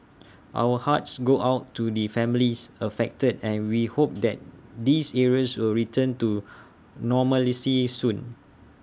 our hearts go out to the families affected and we hope that these areas will return to normalcy soon